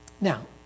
Now